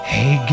Hey